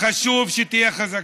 חשוב שתהיה חזקה,